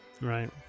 Right